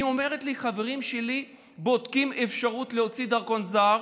שאומרת לי: חברים שלי בודקים אפשרות להוציא דרכון זר,